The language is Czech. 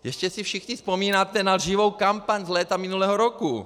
Jistě si všichni vzpomínáte na lživou kampaň z léta minulého roku.